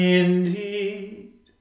indeed